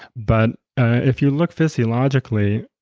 but if you look physiologically,